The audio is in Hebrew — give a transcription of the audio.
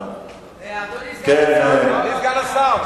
אדוני סגן השר,